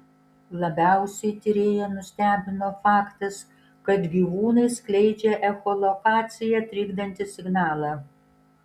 labiausiai tyrėją nustebino faktas kad gyvūnai skleidžia echolokaciją trikdantį signalą